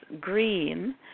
green